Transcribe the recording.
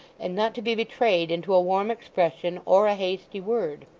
and not to be betrayed into a warm expression or a hasty word